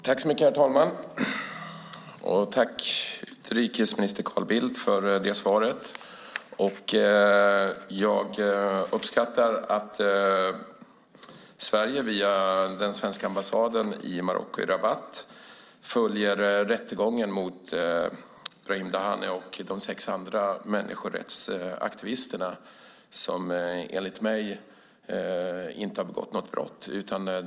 Herr talman! Tack för svaret, utrikesminister Carl Bildt! Jag uppskattar att Sverige via den svenska ambassaden i Rabat i Marocko följer rättegången mot Brahim Dahane och de sex andra människorättsaktivisterna som enligt min åsikt inte har begått något brott.